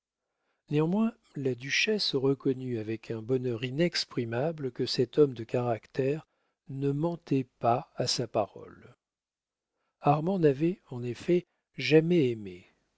néanmoins la duchesse reconnut avec un bonheur inexprimable que cet homme de caractère ne mentait pas à sa parole armand n'avait en effet jamais aimé